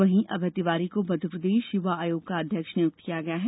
वहीं अभय तिवारी को मध्यप्रदेश युवा आयोग का अध्यक्ष नियुक्त किया गया है